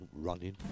Running